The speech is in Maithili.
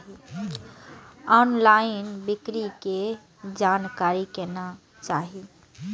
ऑनलईन बिक्री के जानकारी केना चाही?